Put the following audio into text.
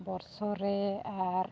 ᱵᱚᱛᱥᱚᱨ ᱨᱮ ᱟᱨ